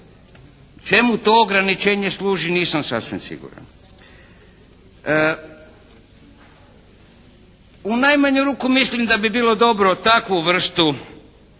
Čemu to ograničenje služi nisam sasvim siguran? U najmanju ruku mislim da bi bilo dobro takvu vrstu